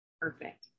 Perfect